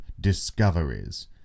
discoveries